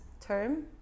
term